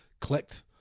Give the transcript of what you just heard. clicked